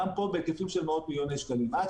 גם פה בהיקפים של מאות מיליוני שקלים עד